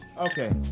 Okay